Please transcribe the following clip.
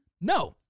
No